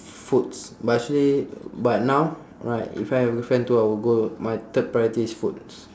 foods but actually but now right if I have girlfriend too I will go my third priority is foods